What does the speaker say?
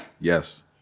Yes